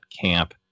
camp